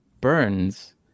Burns